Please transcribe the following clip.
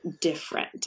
different